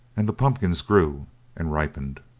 and the pumpkins grew and ripened.